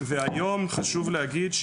והיום חשוב להגיד.